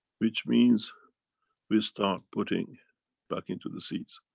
which means we start putting back into the seas.